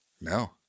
No